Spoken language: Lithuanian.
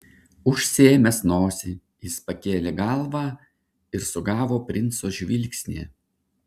užsiėmęs nosį jis pakėlė galvą ir sugavo princo žvilgsnį